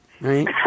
right